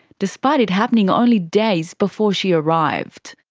despite it happening only days before she arrived.